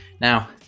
Now